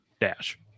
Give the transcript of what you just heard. Dash